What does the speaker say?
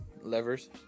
levers